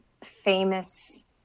famous